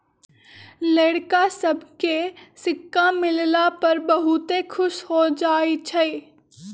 लइरका सभके सिक्का मिलला पर बहुते खुश हो जाइ छइ